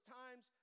times